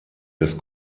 des